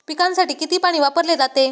पिकांसाठी किती पाणी वापरले जाते?